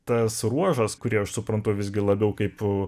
tas ruožas kurį aš suprantu visgi labiau kaip